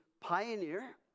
pioneer